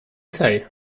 say